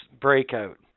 breakout